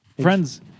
Friends